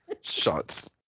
shots